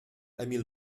emil